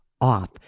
off